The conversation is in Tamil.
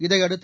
இதனையடுத்து